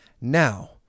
Now